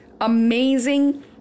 amazing